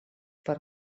per